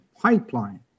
pipeline